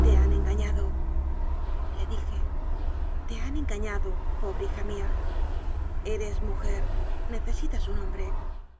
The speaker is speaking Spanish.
te han engañadole dije te han engañado pobre hija mía eres mu jer necesitas un hombre